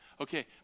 Okay